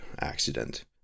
accident